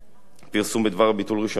פרסום בדבר ביטול רשיונות, וככל שייקבע